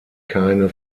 keine